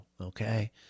okay